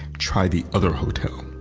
try the other hotel.